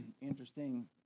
interesting